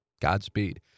Godspeed